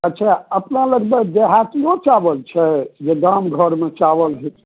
अच्छा अपना लग मे देहातियो चावल छै जे गाम घर मे चावल भेटै छै